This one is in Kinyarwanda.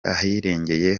ahirengeye